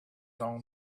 own